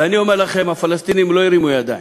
ואני אומר לכם, הפלסטינים לא הרימו ידיים,